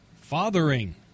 Fathering